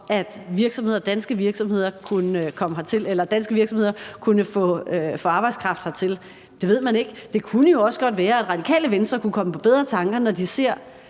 at danske virksomheder kunne få arbejdskraft hertil. Det ved man ikke. Det kunne jo også godt være, at Radikale Venstre kunne komme på bedre tanker, når de ser,